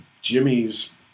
Jimmy's